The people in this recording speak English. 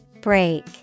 Break